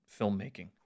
filmmaking